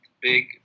Big